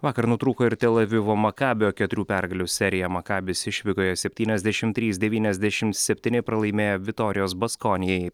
vakar nutrūko ir tel avivo makabio keturių pergalių serija makabis išvykoje septyniasdešimt trys devyniasdešimt septyni pralaimėjo vitorijos baskonijai